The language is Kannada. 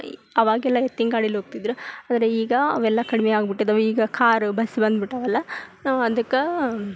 ಅವಾಗೆಲ್ಲ ಎತ್ತಿನ ಗಾಡಿಯಲ್ಲಿ ಹೋಗ್ತಿದ್ದರೂ ಆದರೆ ಈಗ ಅವೆಲ್ಲ ಕಡಿಮೆ ಆಗ್ಬುಟ್ಟಿದವೆ ಈಗ ಕಾರು ಬಸ್ ಬಂದ್ಬಿಟ್ಟು ಅವೆಲ್ಲ ನಾವು ಅದಕ್ಕೆ